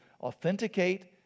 authenticate